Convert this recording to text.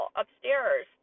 upstairs